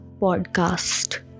Podcast